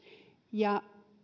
ja